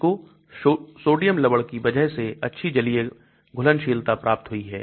इसको सोडियम लवण की वजह से अच्छी जलीय घुलनशीलता प्राप्त हुई है